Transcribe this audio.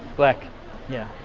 black yeah